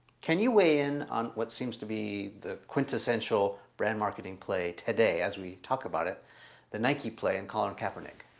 can you weigh in on what seems to be the quintessential? brand marketing play today as we talk about it the nike play and colin kaepernick